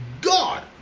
God